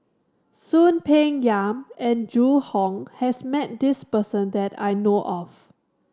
Soon Peng Yam and Zhu Hong has met this person that I know of